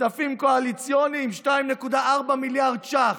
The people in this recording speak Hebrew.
כספים קואליציוניים, 2.4 מיליארד ש"ח,